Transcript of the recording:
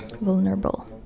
vulnerable